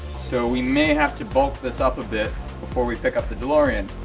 so we may have to bulk this up a bit before we pickup the delorean.